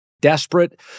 desperate